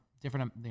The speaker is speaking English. different